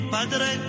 Padre